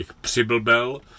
přiblbel